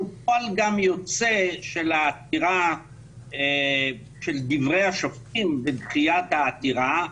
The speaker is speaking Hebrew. פועל גם יוצא של דברי השופטים בדחיית העתירה.